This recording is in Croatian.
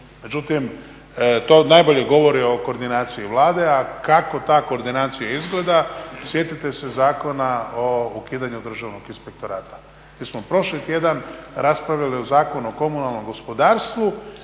Međutim, to najbolje govori o koordinaciji Vlade, a kako ta koordinacija izgleda sjetite se Zakona o ukidanju Državnog inspektorata. Mi smo prošli tjedan raspravljali o Zakonu o komunalnom gospodarstvu